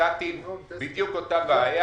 בדיוק אותה בעיה.